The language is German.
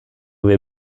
wir